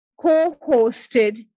co-hosted